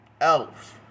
Elf